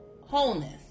wholeness